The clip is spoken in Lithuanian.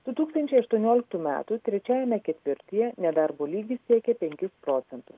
du tūkstančiai ašuonioliktų metų trečiajame ketvirtyje nedarbo lygis siekė penkis procentus